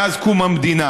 מאז קום המדינה,